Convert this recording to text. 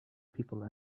people